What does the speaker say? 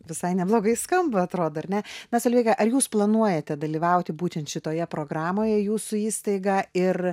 visai neblogai skamba atrodo ar ne na solveiga ar jūs planuojate dalyvauti būtent šitoje programoje jūsų įstaiga ir